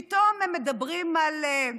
פתאום הם מדברים על,